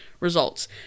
Results